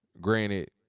Granted